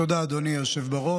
תודה, אדוני היושב-ראש.